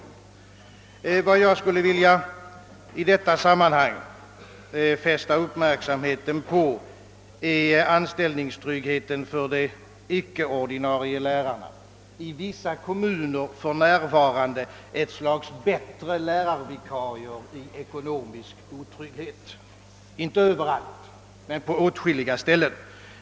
Vad jag i detta sammanhang skulle vilja fästa uppmärksamheten på är anställningstryggheten för de icke ordinarie lärarna, i vissa kommuner för närvarande ett slags bättre lärarvikarier i ekonomisk otrygghet — inte överallt, men på åtskilliga ställen.